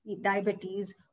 diabetes